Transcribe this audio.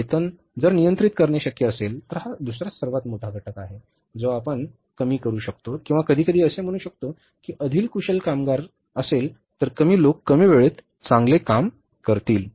वेतन जर नियंत्रित करणे शक्य असेल तर हा दुसरा सर्वात मोठा घटक आहे जो आपण कमी करू शकतो किंवा कधीकधी असे म्हणू शकतो की अधिक कुशल कामगार असेल तर कमी लोक कमी वेळेत चांगले काम करतील